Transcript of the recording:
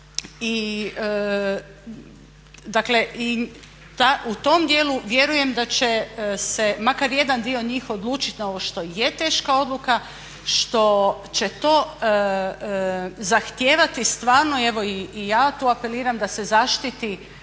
u tom dijelu vjerujem da će se makar jedan dio njih odlučiti na ovo što je teška odluka, što će to zahtijevati stvarno evo i ja tu apeliram da se zaštiti